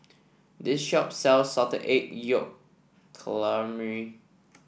this shop sells Salted Egg Yolk Calamari